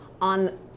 on